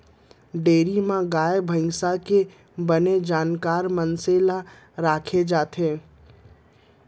dairy म गाय भईंस के बने जानकार मनसे ल राखे जाथे